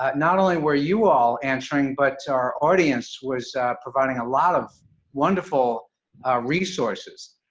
but not only were you all answering, but our audience was providing a lot of wonderful resources,